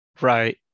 Right